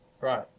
Right